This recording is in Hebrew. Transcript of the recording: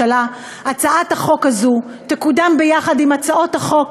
הצעת החוק הזאת תקודם יחד עם הצעת החוק